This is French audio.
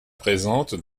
présentes